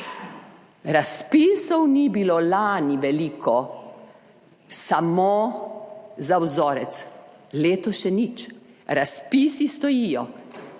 Razpisov ni bilo lani veliko, samo za vzorec, letos še nič. Razpisi stojijo.